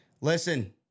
Listen